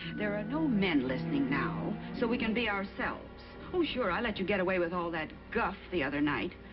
there are no men listening now, so we can be ourselves. oh, sure, i let you get away with all that guff the other night.